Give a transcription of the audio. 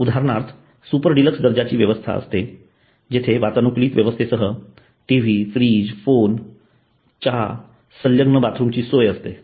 उदाहरणार्थ super deluxe दर्जाची व्यवस्था असते जेथे वातानुकूलित व्यवस्थेसह टीव्ही फ्रीज फोन चहा संलग्न बाथरूम ची सोय असते